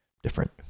different